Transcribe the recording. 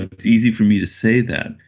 it's easy for me to say that,